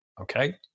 okay